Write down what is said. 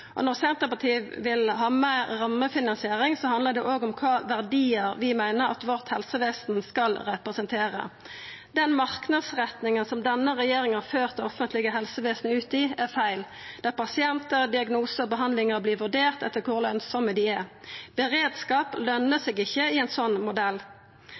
rammefinansiering, handlar det òg om kva verdiar vi meiner at helsevesenet vårt skal representera. Den marknadsretninga som denne regjeringa har ført det offentlege helsevesenet ut i, er feil, der pasientar, diagnosar og behandlingar vert vurderte etter kor lønsame dei er. Beredskap løner seg ikkje i ein sånn modell.